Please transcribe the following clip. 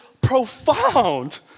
profound